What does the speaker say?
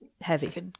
Heavy